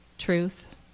truth